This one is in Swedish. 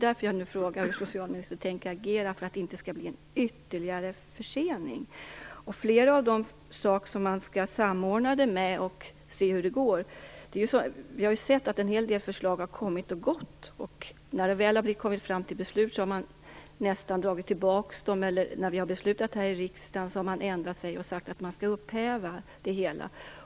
Därför frågar jag nu socialministern hur hon tänker agera för att det inte skall bli en ytterligare försening. Vi har ju sett att en hel del förslag har kommit och gått, och när det väl har kommit fram till beslut har man dragit tillbaka dem eller ändrat sig och upphävt redan fattade beslut.